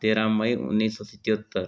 तेरह मई उन्नीस सौ सतहत्तर